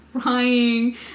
crying